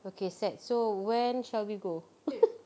okay set so when shall we go